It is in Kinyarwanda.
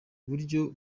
buryo